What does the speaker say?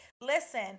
Listen